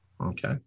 Okay